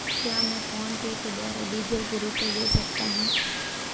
क्या मैं फोनपे के द्वारा डीज़ल के रुपए दे सकता हूं?